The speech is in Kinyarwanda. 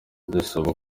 ndasaba